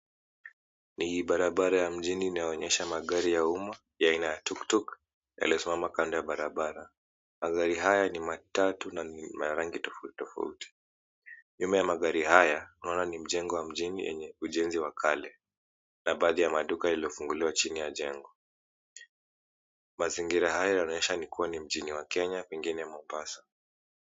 Ni barabara ya mjini inayoonyesha magari ya umma. Aina ya tuktuk yamesimama kando ya barabara. Magari hayo ni matatu na ni ya rangi tofauti tofauti. Nyuma ya magari haya unaona ni mjengo wa mjini wenye ujenzi wa kale. Na baadhi ya maduka yalofunguliwa chini ya jengo. Mazingira hayo yanaonyesha ni kuwa ni mji wa Kenya pengine Mombasa.